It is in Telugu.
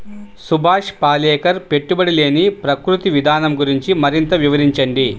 సుభాష్ పాలేకర్ పెట్టుబడి లేని ప్రకృతి విధానం గురించి మరింత వివరించండి